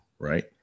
Right